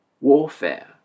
warfare